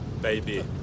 baby